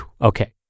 Okay